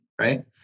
right